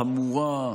חמורה,